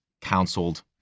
counseled